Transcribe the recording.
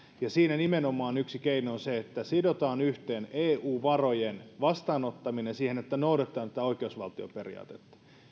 siinä nimenomaan yksi keino on se että sidotaan yhteen eu varojen vastaanottaminen siihen että noudatetaan tätä oikeusvaltioperiaatetta